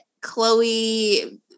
Chloe